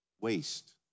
waste